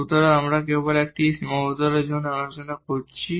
সুতরাং আমরা কেবল একটি সীমাবদ্ধতার জন্য আলোচনা করছি